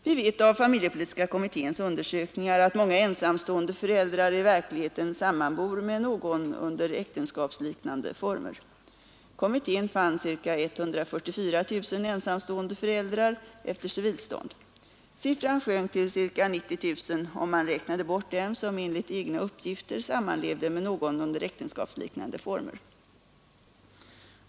Vi vet av familjepolitiska kommitténs undersökningar att många ensamstående föräldrar i verkligheten sammanbor med någon under bort dem som enligt egna uppgifter sammanlevde med någon under äktenskapsliknande former.